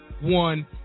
one